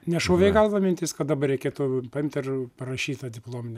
nešovė į galvą mintis kad dabar reikėtų paimt ir parašyt tą diplominį